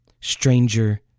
Stranger